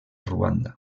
ruanda